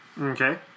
Okay